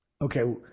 Okay